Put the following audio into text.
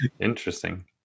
interesting